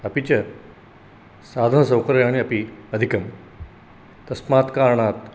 अपि च साधनसौकर्याणि अपि अधिकं तस्मात् कारणात्